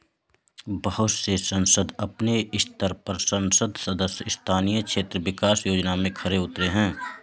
बहुत से संसद अपने स्तर पर संसद सदस्य स्थानीय क्षेत्र विकास योजना में खरे उतरे हैं